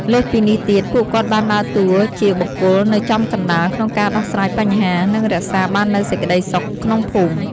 លើសពីនេះទៀត ពួកគាត់បានដើរតួជាបុគ្គលនៅចំកណ្តាលក្នុងការដោះស្រាយបញ្ហា និងរក្សាបាននូវសេចក្ដីសុខក្នុងភូមិ។